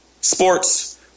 sports